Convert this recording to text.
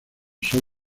sol